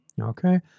Okay